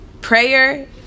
prayer